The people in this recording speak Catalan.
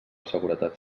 seguretat